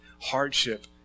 hardship